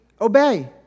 obey